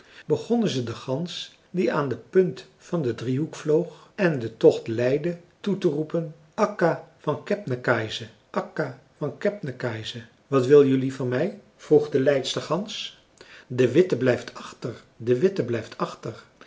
begonnen ze de gans die aan de punt van den driehoek vloog en den tocht leidde toe te roepen akka van kebnekaise akka van kebnekaise wat wil jelui van me vroeg de leidster gans de witte blijft achter de witte blijft achter